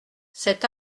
cet